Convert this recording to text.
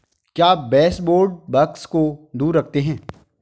क्या baseboard bugs को दूर रखते हैं?